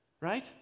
Right